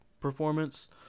performance